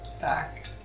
Back